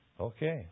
Okay